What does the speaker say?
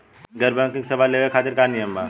गैर बैंकिंग सेवा लेवे खातिर का नियम बा?